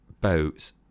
boats